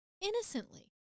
innocently